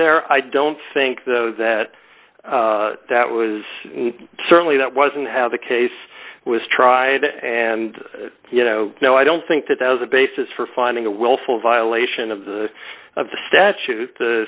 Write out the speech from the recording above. there i don't think though that that was certainly that wasn't how the case was tried and you know no i don't think that as a basis for finding a willful violation of the of the statute